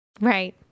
Right